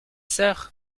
sœurs